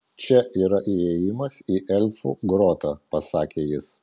čia yra įėjimas į elfų grotą pasakė jis